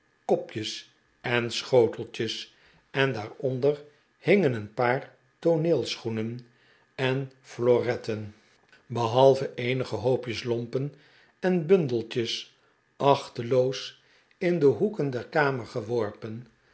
kopjes en schoteltjes en daaronder hingen een paar tooneelschoenen en floretten behalve eenige hoopjes lompen en bundeltjes achteloos in de hoeken der kamer geworpen